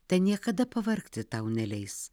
te niekada pavargti tau neleis